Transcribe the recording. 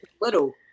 little